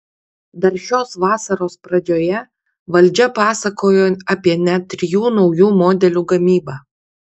dar šios vasaros pradžioje valdžia pasakojo apie net trijų naujų modelių gamybą